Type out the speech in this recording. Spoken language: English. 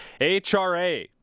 HRA